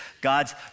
God's